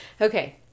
okay